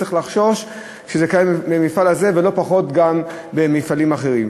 צריך לחשוש שזה קיים במפעל הזה ולא פחות גם במפעלים אחרים,